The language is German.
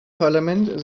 parlament